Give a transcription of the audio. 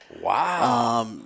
Wow